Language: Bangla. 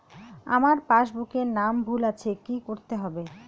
আমার পাসবুকে নাম ভুল আছে কি করতে হবে?